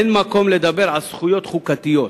אין מקום לדבר על זכויות חוקתיות,